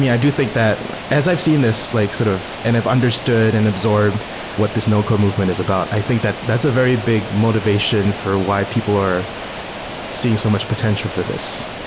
mean, i do think that as i've seen this like sort of and i've understood and absorbed what this no-code movement is about. i think that that's a very big motivation for why people are seeing so much potential for this.